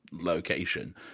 Location